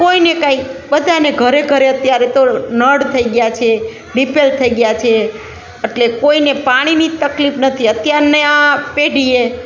કોઈને કાંઇ બધાને ઘરે ઘરે અત્યારે તો નળ થઈ ગયાં છે ડિફેલ થઈ ગયાં છે અટલે કોઈને પાણીની તકલીફ નથી અત્યારની આ પેઢીએ